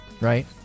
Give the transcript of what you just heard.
right